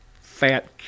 fat